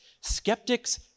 skeptics